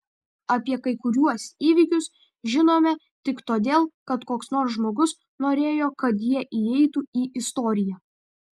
apie kai kuriuos įvykius žinome tik todėl kad koks nors žmogus norėjo kad jie įeitų į istoriją